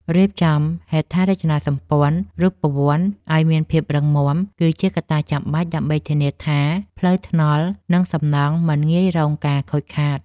រៀបចំហេដ្ឋារចនាសម្ព័ន្ធរូបវន្តឱ្យមានភាពរឹងមាំគឺជាកត្តាចាំបាច់ដើម្បីធានាថាផ្លូវថ្នល់និងសំណង់មិនងាយរងការខូចខាត។